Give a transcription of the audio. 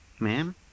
Ma'am